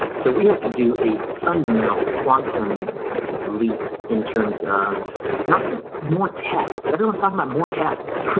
so we have to do a fundamental quantum leap in terms of not just more tests. everyone's talking about more tests, right?